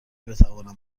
بتوانم